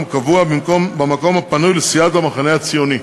קבוע במקום הפנוי לסיעת המחנה הציוני.